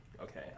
Okay